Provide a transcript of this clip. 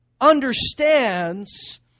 understands